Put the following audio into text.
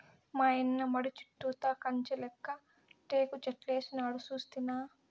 మాయన్న మడి చుట్టూతా కంచెలెక్క టేకుచెట్లేసినాడు సూస్తినా